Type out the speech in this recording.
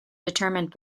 determined